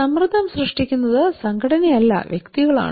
സമ്മർദ്ദം സൃഷ്ടിക്കുന്നത് സംഘടനയല്ല വ്യക്തികളാണ്